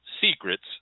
Secrets